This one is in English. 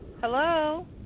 Hello